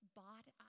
bought